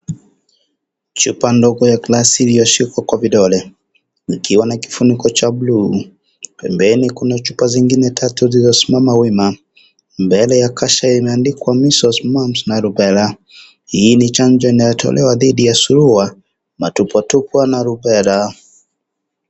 Chupa ndogo ya glasi iliyoshikwa kwa vidole likiwa na kifuniko cha bluu. Pembeni kuna chupa zingine tatu zilizosimama wima. Mbele ya kasha imeandikwa measles mumbs and rubella. Hii ni chanjo inayotolewa dhidi ya suluwa , matupwe tupwe na rubella.